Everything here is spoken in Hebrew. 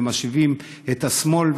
ומאשימים את השמאל,